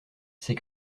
c’est